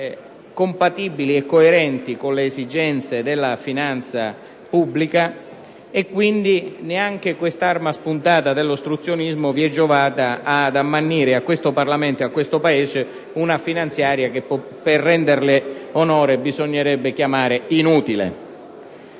compatibili e coerenti con le esigenze della finanza pubblica. Quindi, neanche quest'arma spuntata dell'ostruzionismo vi è giovata ad ammannire a questo Parlamento e a questo Paese una finanziaria che, per renderle onore, bisognerebbe chiamare inutile.